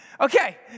okay